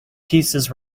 pieces